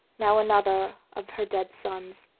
now another of her dead sons.